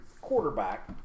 quarterback